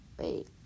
wait